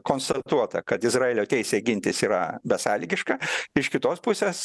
konstatuota kad izraelio teisė gintis yra besąlygiška iš kitos pusės